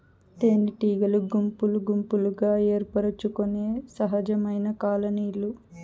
తేనెటీగలు గుంపులు గుంపులుగా ఏర్పరచుకొనే సహజమైన కాలనీలు